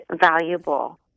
valuable